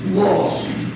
lost